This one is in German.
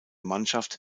mannschaft